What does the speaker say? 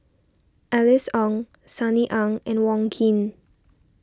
Alice Ong Sunny Ang and Wong Keen